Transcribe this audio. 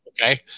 Okay